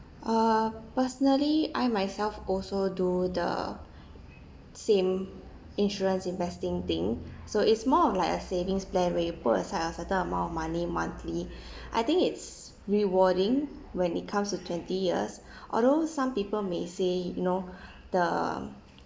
uh personally I myself also do the same insurance investing thing so it's more of like a savings plan where you put aside a certain amount of money monthly I think it's rewarding when it comes to twenty years although some people may say you know the